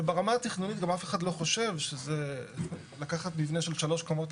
וברמה התכנונית גם אף אחד לא חושב שלקחת מבנה של שלוש קומות,